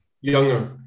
younger